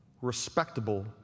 respectable